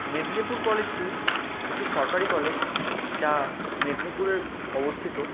মেদিনীপুর কলেজটি একটি সরকারি কলেজ যা মেদিনীপুরে অবস্থিত